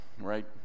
right